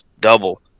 double